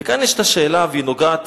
וכאן יש שאלה, והיא נוגעת,